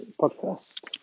podcast